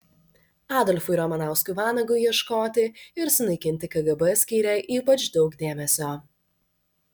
adolfui ramanauskui vanagui ieškoti ir sunaikinti kgb skyrė ypač daug dėmesio